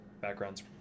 backgrounds